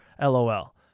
LOL